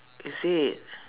is it